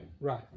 Right